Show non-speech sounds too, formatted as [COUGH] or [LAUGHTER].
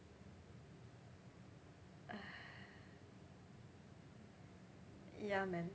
[BREATH] ya man